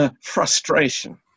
frustration